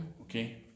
Okay